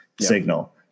signal